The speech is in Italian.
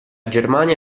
germania